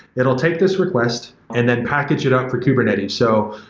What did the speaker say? it will take this request and then package it up for kubernetes. so,